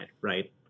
right